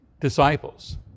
disciples